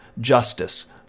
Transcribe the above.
justice